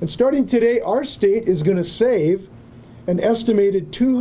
and starting today our state is going to save an estimated two